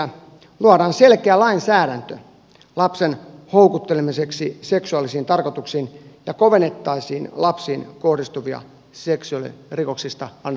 luodaan selkeä lainsäädäntö lapsen houkuttelemisesta seksuaalisiin tarkoituksiin ja kovennettaisiin lapsiin kohdistuvista seksuaalirikoksista annettavia tuomioita